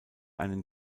einen